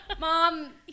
Mom